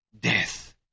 death